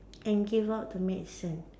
and give out the medicine